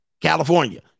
California